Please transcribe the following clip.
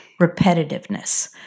Repetitiveness